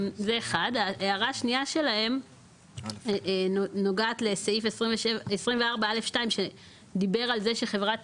ההערה השנייה שלהם נוגעת לסעיף 24(א)(2) שדיבר על זה שחברת